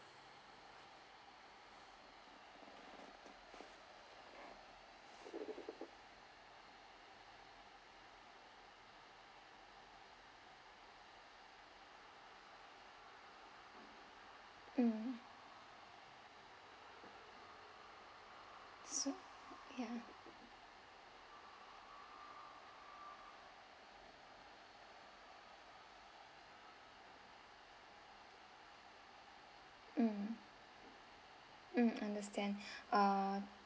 mm so ya mm mm understand uh